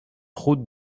route